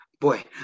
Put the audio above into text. boy